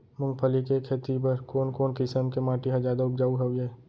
मूंगफली के खेती बर कोन कोन किसम के माटी ह जादा उपजाऊ हवये?